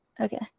okay